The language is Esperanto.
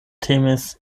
temis